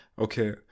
Okay